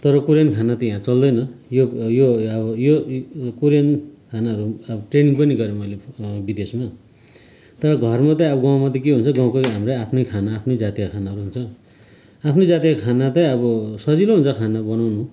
तर कोरियन खाना त यहाँ चल्दैन यो यो अब कोरियन खानाहरू अब ट्रेनिङ पनि गरेँ मैले विदेशमा तर घरमा चाहिँ अब गाउँमा त के हुन्छ गाउँकै हाम्रै आफ्नै खाना आफ्नै जातीय खानाहरू हुन्छ आफ्नै जातीय खाना चाहिँ अब सजिलो हुन्छ खाना बनाउन